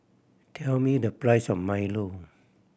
tell me the price of milo